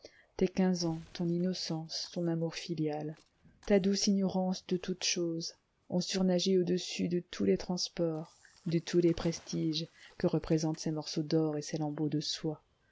tes quinze ans ton innocence ton amour filial ta douce ignorance de toutes choses ont surnagé au-dessus de tous les transports de tous les prestiges que représentent ces morceaux d'or et ces lambeaux de soie